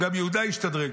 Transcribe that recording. גם יהודה השתדרג,